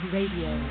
Radio